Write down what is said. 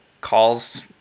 calls